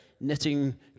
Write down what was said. knitting